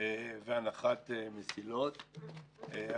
והנחת מסילות.